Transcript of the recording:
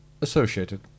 Associated